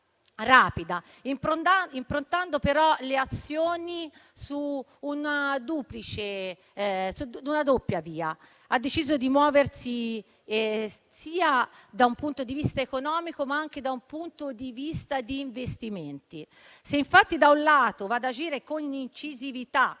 rapida, improntando però le azioni su una doppia via: ha deciso di muoversi, sia da un punto di vista economico, ma anche dal punto di vista degli investimenti. Se infatti, da un lato, va ad agire con incisività